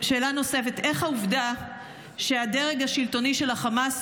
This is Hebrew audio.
שאלה נוספת: איך העובדה שהדרג השלטוני של החמאס